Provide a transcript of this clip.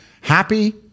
happy